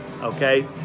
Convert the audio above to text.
okay